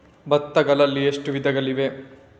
ಭತ್ತಗಳಲ್ಲಿ ಎಷ್ಟು ವಿಧಗಳಿವೆ?